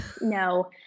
no